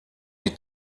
die